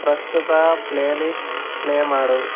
ಪ್ರಸ್ತುತ playlist play ಮಾಡು